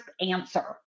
answer